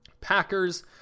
Packers